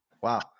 wow